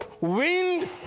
wind